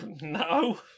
No